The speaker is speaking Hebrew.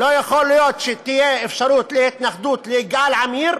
לא יכול להיות שתהיה אפשרות להתייחדות ליגאל עמיר,